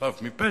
חף מפשע.